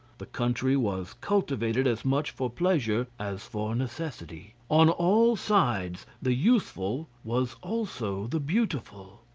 the country was cultivated as much for pleasure as for necessity. on all sides the useful was also the beautiful.